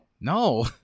No